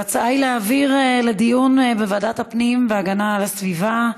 ההצעה היא להעביר את הנושא לדיון בוועדת הפנים והגנת הסביבה.